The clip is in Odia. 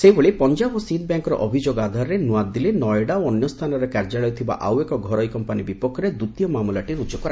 ସେହିଭଳି ପଞ୍ଜାବ ଓ ସିନ୍ଧ୍ ବ୍ୟାଙ୍କ୍ର ଅଭିଯୋଗ ଆଧାରରେ ନୂଆଦିଲ୍ଲୀ ନଏଡା ଓ ଅନ୍ୟ ସ୍ଥାନରେ କାର୍ଯ୍ୟାଳୟ ଥିବା ଆଉ ଏକ ଘରୋଇ କମ୍ପାନୀ ବିପକ୍ଷରେ ଦ୍ୱିତୀୟ ମାମଲାଟି ରୁଜୁ କରାଯାଇଛି